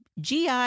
GI